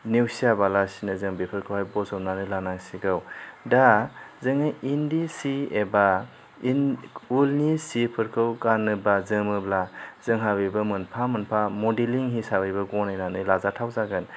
नेउसिया बालासिनो जोङो बेफोरखौहाय बज'नानै लानांसिगौ दा जोंनि इन्दि सि एबा इन उलनि सिफोरखौ गानोबा जोमोब्ला जोंहा बेबो मोनफा मोनफा मडेलिं हिसाबैबो गनायनानै लाजाथाव जागोन